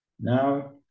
Now